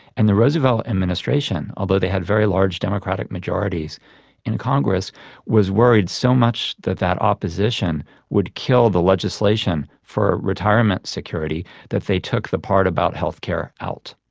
and the roosevelt administration, although they had very large democratic majorities in congress was worried so much that that opposition would kill the legislation for a retirement security that they took the part about health care out,